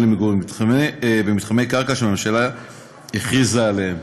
למגורים במתחמי קרקע שהממשלה הכריזה עליהם.